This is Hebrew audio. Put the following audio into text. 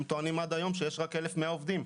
הם טוענים עד היום שיש רק 1,100 עובדים,